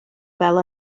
fel